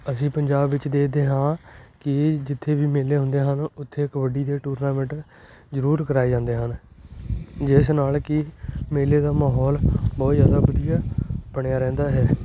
ਅਸੀਂ ਪੰਜਾਬ ਵਿੱਚ ਦੇਖਦੇ ਹਾਂ ਕਿ ਜਿੱਥੇ ਵੀ ਮੇਲੇ ਹੁੰਦੇ ਹਨ ਉੱਥੇ ਕਬੱਡੀ ਦੇ ਟੂਰਨਾਮੈਂਟ ਜ਼ਰੂਰ ਕਰਵਾਏ ਜਾਂਦੇ ਹਨ ਜਿਸ ਨਾਲ ਕਿ ਮੇਲੇ ਦਾ ਮਾਹੌਲ ਬਹੁਤ ਜ਼ਿਆਦਾ ਵਧੀਆ ਬਣਿਆ ਰਹਿੰਦਾ ਹੈ